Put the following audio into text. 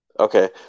Okay